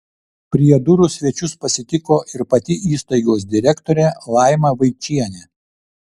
prie durų svečius pasitiko ir pati įstaigos direktorė laima vaičienė